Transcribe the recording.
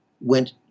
went